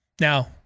Now